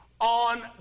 on